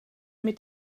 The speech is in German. mit